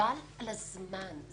חבל על הזמן.